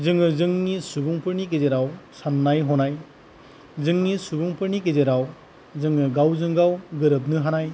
जोङो जोंनि सुबुंफोरनि गेजेराव साननाय हनाय जोंनि सुबुंफोरनि गेजेराव जोङो गावजों गाव गोरोबनो हानाय